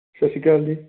ਸਤਿ ਸ਼੍ਰੀ ਅਕਾਲ ਜੀ